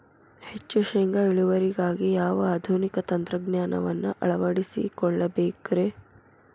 ಹೆಚ್ಚು ಶೇಂಗಾ ಇಳುವರಿಗಾಗಿ ಯಾವ ಆಧುನಿಕ ತಂತ್ರಜ್ಞಾನವನ್ನ ಅಳವಡಿಸಿಕೊಳ್ಳಬೇಕರೇ?